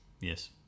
Yes